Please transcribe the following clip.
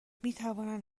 میتوانند